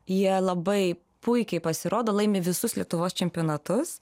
jie labai puikiai pasirodo laimi visus lietuvos čempionatus